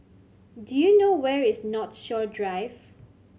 do you know where is Northshore Drive